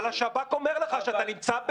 אבל השב"כ אומר לך שאתה נמצא במול,